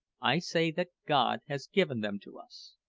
i say that god has given them to us.